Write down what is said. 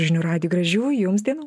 žinių radiju gražių jums dienų